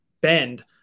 bend